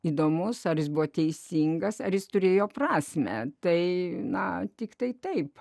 įdomus ar jis buvo teisingas ar jis turėjo prasmę tai na tiktai taip